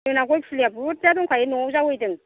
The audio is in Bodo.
जोंना गय फुलिया बुरजा दंखायो न'आव जावैदों